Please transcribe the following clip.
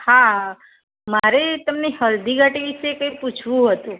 હા મારે તમને હલ્દીઘાટી વિષે કંઈક પૂછવું હતું